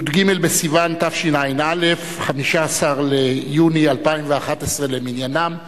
י"ג בסיוון התשע"א, 15 ביוני 2011 למניינם.